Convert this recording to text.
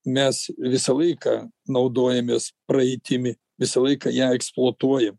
mes visą laiką naudojamės praeitimi visą laiką ją eksploatuojam